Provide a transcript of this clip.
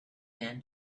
man